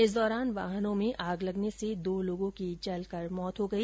इस दौरान वाहनों में आग लगने से दो लोगों की जलकर मौत हो गई